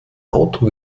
auto